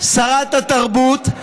שרת התרבות,